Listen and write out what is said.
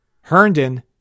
Herndon